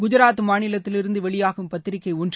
குஜராத் மாநிலத்திலிருந்து வெளியாகும் பத்திரிகை ஒன்று